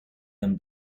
them